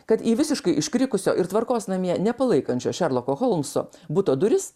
kad į visiškai iškrikusio ir tvarkos namie nepalaikančio šerloko holmso buto duris